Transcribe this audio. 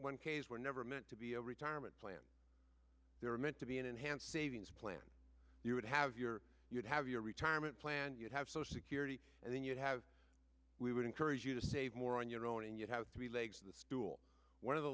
cases were never meant to be a retirement plan they were meant to be an enhanced savings plan you would have your you'd have your retirement plan you'd have social security and then you'd have we would encourage you to save more on your own and you have three legs of the stool one of the